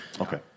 Okay